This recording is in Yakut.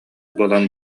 буолан